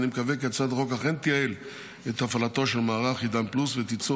אני מקווה כי הצעת החוק אכן תייעל את הפעלתו של מערך עידן פלוס ותיצור